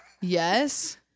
Yes